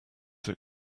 that